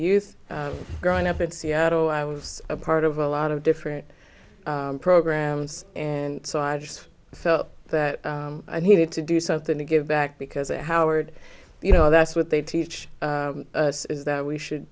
youth growing up in seattle i was a part of a lot of different programs and so i just felt that i needed to do something to give back because it howard you know that's what they teach us is that we should